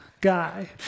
guy